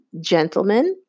gentlemen